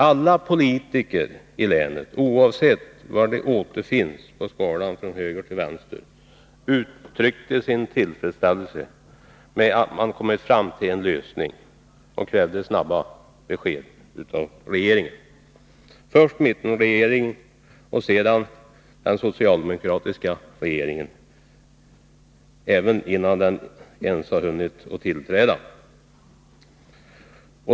Alla politiker i länet, oavsett var de återfinns på skalan från höger till vänster, uttryckte sin tillfredsställelse med att man kommit fram till en lösning och krävde snabba besked från regeringen. Först var det mittenregeringen och sedan den socialdemokratiska regeringen, även innan den ens hunnit tillträda.